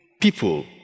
people